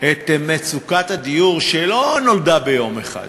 את מצוקת הדיור, שלא נולדה ביום אחד.